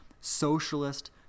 socialist